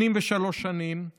יהודים